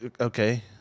okay